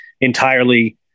entirely